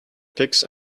pigs